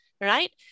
Right